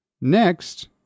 Next